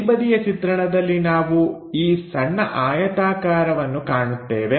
ಮೇಲ್ಬದಿಯ ಚಿತ್ರಣದಲ್ಲಿ ನಾವು ಈ ಸಣ್ಣ ಆಯತಾಕಾರವನ್ನು ಕಾಣುತ್ತೇವೆ